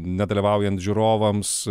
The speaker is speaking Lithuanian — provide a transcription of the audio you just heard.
nedalyvaujant žiūrovams